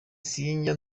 sinjya